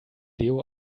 leo